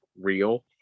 real